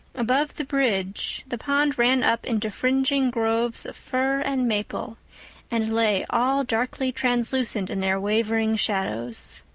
above the bridge the pond ran up into fringing groves of fir and maple and lay all darkly translucent in their wavering shadows.